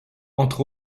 entre